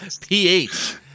PH